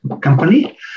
Company